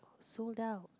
sold out